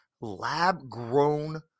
lab-grown